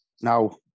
now